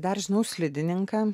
dar žinau slidininką